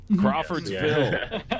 Crawfordsville